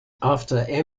after